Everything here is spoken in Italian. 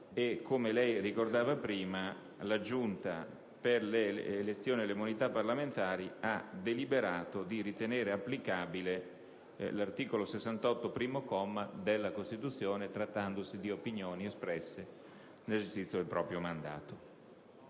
e, come lei ricordava prima, la Giunta delle elezioni e delle immunità parlamentari ha deliberato di ritenere applicabile l'articolo 68, primo comma, della Costituzione, trattandosi di opinioni espresse nell'esercizio del proprio mandato.